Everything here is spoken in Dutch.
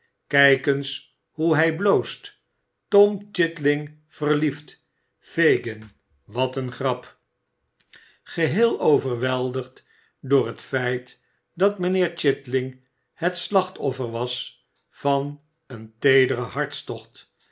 kijk eens hoe hij bloost tom chitling verliefd fagin wat een grap geheel overweldigd door het feit dat mijnheer chitüng het slachtoffer was van een teederen hartstocht